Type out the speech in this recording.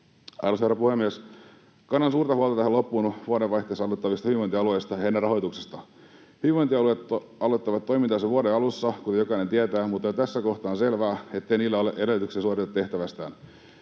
loppuun: Kannan suurta huolta vuodenvaihteessa aloittavista hyvinvointialueista ja niiden rahoituksesta. Hyvinvointialueet aloittavat toimintansa vuoden alussa, kuten jokainen tietää, mutta jo tässä kohtaa on selvää, ettei niillä ole edellytyksiä suoriutua tehtävästään.